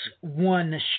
one